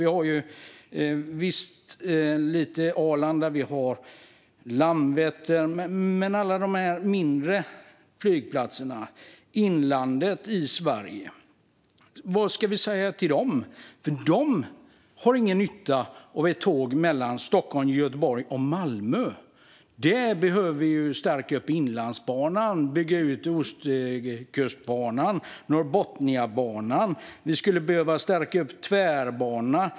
Visst har vi Arlanda och Landvetter. Men vad ska vi säga till alla som bor nära de mindre flygplatserna i inlandet i Sverige? De har ingen nytta av ett tåg som går mellan Stockholm, Göteborg och Malmö. Vi behöver stärka upp Inlandsbanan, bygga ut Ostkustbanan och Norrbotniabanan och stärka upp tvärbanorna.